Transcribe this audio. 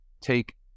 take